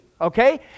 okay